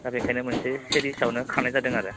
दा बेखायनो मोनसे सेदिसावनो खारनाय जादों आरो